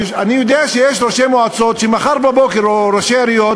אני יודע שיש ראשי מועצות או ראשי עיריות